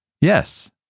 Yes